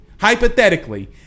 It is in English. hypothetically